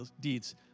deeds